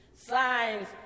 signs